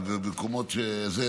אבל במקומות שזה,